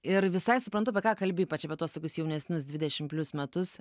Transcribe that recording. ir visai suprantu apie ką kalbi ypač apie tuos tokius jaunesnius dvidešim plius metus